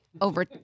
over